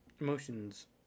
Emotions